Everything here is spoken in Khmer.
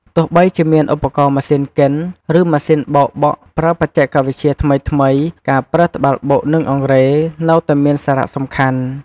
ទោះបីជាមានឧបករណ៍ម៉ាស៊ីនកិន ឬម៉ាស៊ីនបោកបក់ប្រើបច្ចេកវិទ្យាថ្មីៗ ការប្រើត្បាល់បុក និងអង្រែ នៅតែមានសារៈសំខាន់។